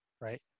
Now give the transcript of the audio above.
right